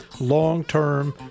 long-term